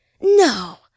No